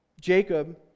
Jacob